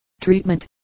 Treatment